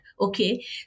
Okay